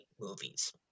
movies